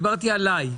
דיברתי עליי.